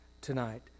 tonight